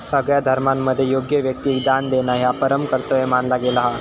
सगळ्या धर्मांमध्ये योग्य व्यक्तिक दान देणा ह्या परम कर्तव्य मानला गेला हा